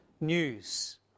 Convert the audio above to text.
news